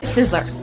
Sizzler